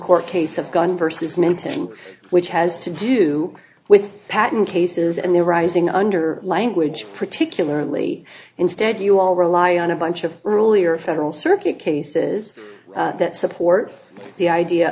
court case of gun vs mentation which has to do with patent cases and the arising under language particularly instead you all rely on a bunch of earlier federal circuit cases that support the idea